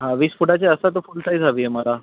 हां वीस फुटाचे असेल तर फूल साईज हवी आहे मला